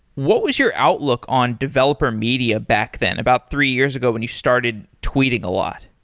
what was your outlook on developer media back then, about three years ago when you started tweeting a lot?